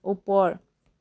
ওপৰ